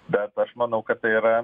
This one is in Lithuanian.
bet aš manau kad tai yra